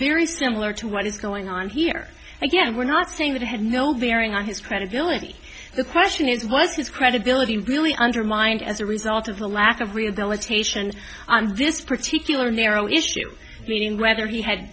very similar to what is going on here again we're not saying that it had no the airing on his credibility the question is was his credibility really undermined as a result of the lack of rehabilitation on this particular narrow issue whether he had